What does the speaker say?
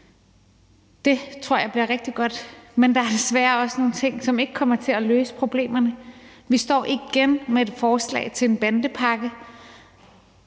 det tror jeg bliver rigtig godt, men der er desværre også nogle ting, som ikke kommer til at løse problemerne. Vi står igen med et forslag til en bandepakke,